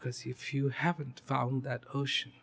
because he if you haven't found that ocean